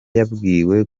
yabwiwe